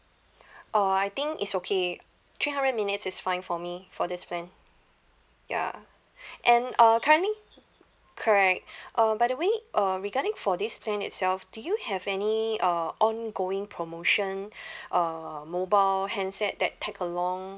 uh I think it's okay three hundred minutes is fine for me for this plan ya and uh currently correct uh by the way uh regarding for this plan itself do you have any uh ongoing promotion uh mobile handset that take along